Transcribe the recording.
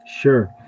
Sure